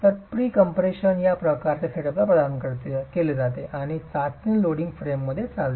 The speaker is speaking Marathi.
तर प्रीकम्प्रेशन या प्रकारच्या सेटअपला प्रदान केले जाते आणि चाचणी लोडिंग फ्रेममध्ये चालते